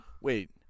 Wait